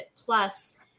plus